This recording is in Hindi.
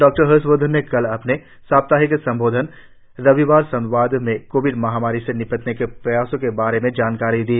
डॉक्टर हर्षवर्धन ने कल अपने साप्ताहिक संबोधन रविवार संवाद में कोविड महामारी से निपटने के प्रयासों के बारे में जानकारी दी